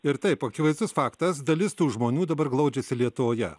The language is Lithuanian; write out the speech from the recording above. ir taip akivaizdus faktas dalis tų žmonių dabar glaudžiasi lietuvoje